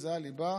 זה הליבה,